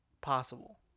possible